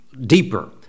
deeper